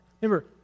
Remember